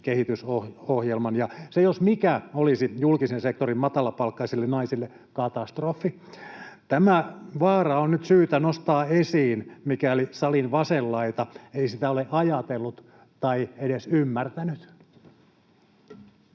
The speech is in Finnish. kehitysohjelman. Se jos mikä olisi julkisen sektorin matalapalkkaisille naisille katastrofi. Tämä vaara on nyt syytä nostaa esiin, mikäli salin vasen laita ei sitä ole ajatellut tai edes ymmärtänyt.